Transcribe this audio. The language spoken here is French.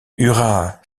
hurrah